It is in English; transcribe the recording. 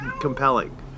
compelling